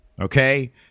okay